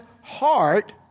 heart